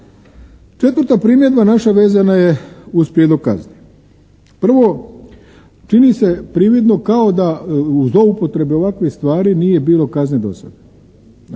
Četvrta primjedba naša vezana je uz prijedlog kazni. Prvo, čini se prividno kao da u zloupotrebi ovakvih stvari nije bilo kazne do sad,